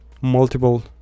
multiple